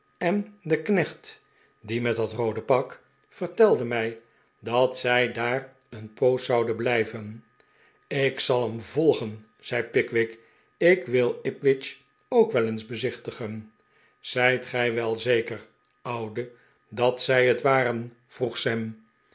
eh de knecht die met dat roode pak vertelde mij dat zij daar een poos zouden blijven ik zal hem volgen zei pickwick ik wil ipswich ook wel eens beziehtigeri zijt gij welzeker oude dat zij het waren vroeg sam